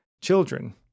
children